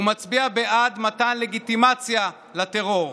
מצביע בעד מתן לגיטימציה לטרור,